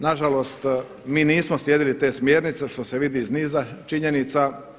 Nažalost mi nismo slijedili te smjernice što se vidi iz niza činjenica.